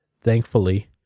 Thankfully